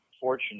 fortunate